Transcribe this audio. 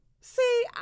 See